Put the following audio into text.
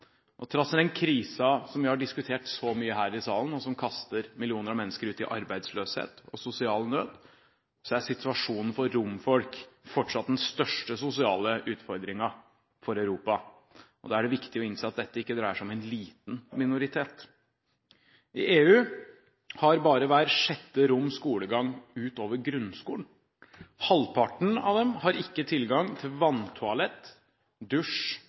den krisen som vi har diskutert så mye her i salen, og som kaster millioner av mennesker ut i arbeidsløshet og sosial nød, er situasjonen for romfolk fortsatt den største sosiale utfordringen for Europa. Da er det viktig å innse at dette ikke dreier seg om en liten minoritet. I EU har bare hver sjette rom skolegang utover grunnskolen. Halvparten av dem har ikke tilgang til vanntoalett,